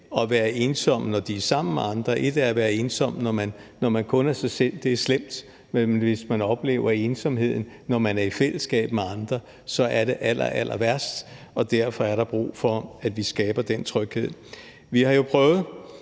at være ensomme, når de er sammen med andre. Et er at være ensom, når man kun er sig selv – og det er slemt – men hvis man oplever ensomheden, når man er i fællesskab med andre, er det allerallerværst, og derfor er der brug for, at vi skaber den tryghed. Vi har prøvet